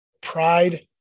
pride